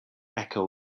echo